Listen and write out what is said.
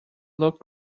look